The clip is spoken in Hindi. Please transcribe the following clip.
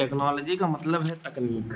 टेक्नोलॉजी का मतलब है तकनीक